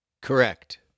Correct